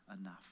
enough